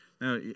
Now